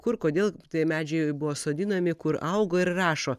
kur kodėl tie medžiai buvo sodinami kur augo ir rašo